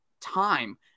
time